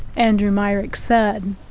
andrew myrick said,